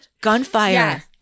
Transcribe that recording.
Gunfire